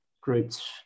groups